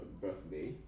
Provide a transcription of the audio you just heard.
birthday